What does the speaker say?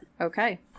Okay